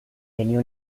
tenía